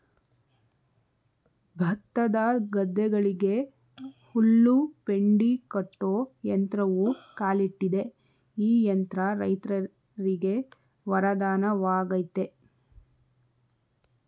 ಭತ್ತದ ಗದ್ದೆಗಳಿಗೆ ಹುಲ್ಲು ಪೆಂಡಿ ಕಟ್ಟೋ ಯಂತ್ರವೂ ಕಾಲಿಟ್ಟಿದೆ ಈ ಯಂತ್ರ ರೈತರಿಗೆ ವರದಾನವಾಗಯ್ತೆ